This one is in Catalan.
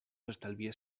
estalvies